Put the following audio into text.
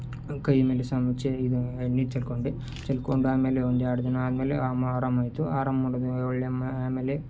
ನನ್ನ ಕೈಮೇಲೆ ಸಾಂಬಾರು ಚಲ್ಲಿ ಇದು ಎಣ್ಣೆ ಚೆಲ್ಕೊಂಡೆ ಚಲ್ಕೊಂಡು ಆಮೇಲೆ ಒಂದು ಎರಡು ದಿನ ಆದಮೇಲೆ ಅಮ್ಮ ಆರಾಮ ಆಯಿತು ಆರಾಮ ಮಾಡಿದೆ ಒಳ್ಳೆ ಮ ಆಮೇಲೆ